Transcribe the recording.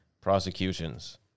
prosecutions